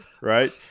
right